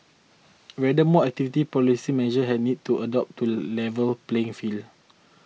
rather more activity policy measures had need to adopted to level playing field